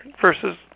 versus